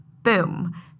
Boom